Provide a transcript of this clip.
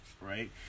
right